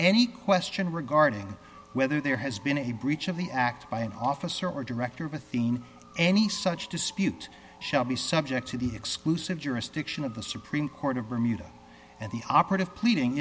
any question regarding whether there has been a breach of the act by an officer or director of athene any such dispute shall be subject to the exclusive jurisdiction of the supreme court of bermuda and the operative pleading